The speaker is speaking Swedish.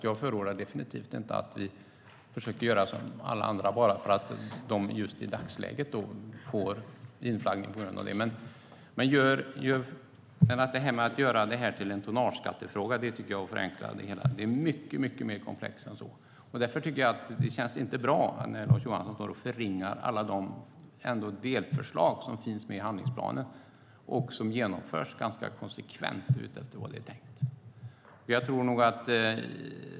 Jag förordar definitivt inte att vi försöker göra som alla andra bara för att de i dagsläget får inflaggning. Men att göra detta till en tonnageskattefråga är att förenkla det hela. Det är mycket mer komplext än så. Det känns inte bra när Lars Johansson förringar alla de delförslag som finns med i handlingsplanen och som genomförs konsekvent utifrån vad som är tänkt.